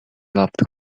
loved